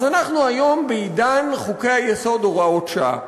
אז אנחנו היום בעידן חוקי-היסוד (הוראות שעה),